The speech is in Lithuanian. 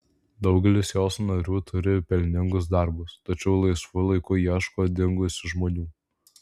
daugelis jos narių turi pelningus darbus tačiau laisvu laiku ieško dingusių žmonių